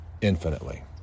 infinitely